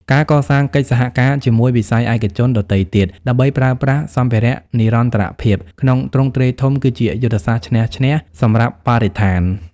ការកសាងកិច្ចសហការជាមួយវិស័យឯកជនដទៃទៀត ដើម្បីប្រើប្រាស់សម្ភារៈនិរន្តរភាពក្នុងទ្រង់ទ្រាយធំ គឺជាយុទ្ធសាស្ត្រឈ្នះ-ឈ្នះ សម្រាប់បរិស្ថាន។